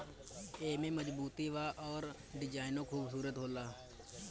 एमे मजबूती बा अउर डिजाइनो खुबसूरत होला